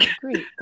Great